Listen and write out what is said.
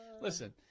Listen